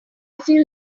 feel